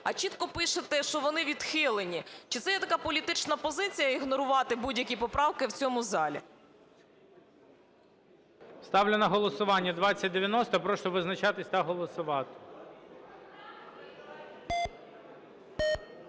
а чітко пишете, що вони відхилені? Чи це є така політична позиція ігнорувати будь-які поправки в цьому залі? ГОЛОВУЮЧИЙ. Ставлю на голосування 2090. Прошу визначатись та голосувати.